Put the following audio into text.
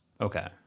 Okay